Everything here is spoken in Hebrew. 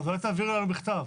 אולי תעבירו לנו בכתב.